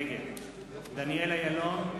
נגד דניאל אילון,